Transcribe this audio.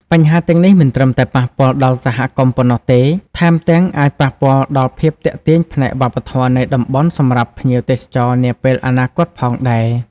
បញ្ហាទាំងនេះមិនត្រឹមតែប៉ះពាល់ដល់សហគមន៍ប៉ុណ្ណោះទេ ថែមទាំងអាចប៉ះពាល់ដល់ភាពទាក់ទាញផ្នែកវប្បធម៌នៃតំបន់សម្រាប់ភ្ញៀវទេសចរនាពេលអនាគតផងដែរ។